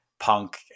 Punk